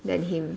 than him